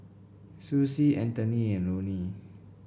Sussie Antony and Lonie